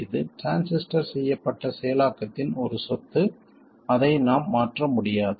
இது டிரான்சிஸ்டர் செய்யப்பட்ட செயலாக்கத்தின் ஒரு சொத்து அதை நாம் மாற்ற முடியாது